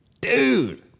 Dude